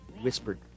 whispered